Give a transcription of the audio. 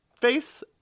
face